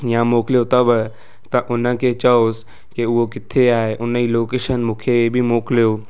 या मोकिलियो अथव त हुनखे चयोसि की उहो कीथे आहे हुनजी लोकेशन मूंखे इहे बि मोकिलियो